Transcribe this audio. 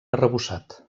arrebossat